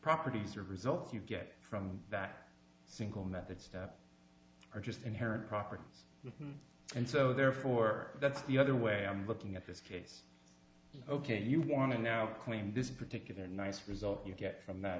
properties or results you get from that single method stuff are just inherent properties and so therefore that's the other way i'm looking at this case ok you want to now claim this particular nice result you get from that